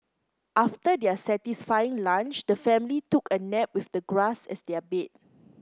after their satisfying lunch the family took a nap with the grass as their bed